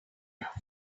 enough